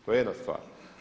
To je jedna stvar.